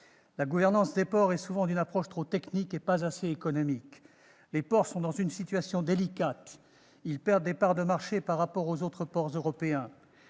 La gouvernance des ports repose souvent sur une approche trop technique et pas assez économique. Les ports sont dans une situation délicate. Ils perdent des parts de marché par rapport aux autres ports européens.